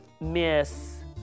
Miss